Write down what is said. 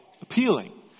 appealing